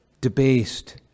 debased